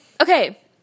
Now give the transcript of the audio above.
Okay